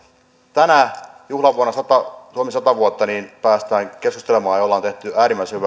tänä juhlavuonna suomi sata vuotta pääsemme keskustelemaan ja olemme tehneet äärimmäisen